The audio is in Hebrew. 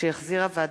תודה רבה.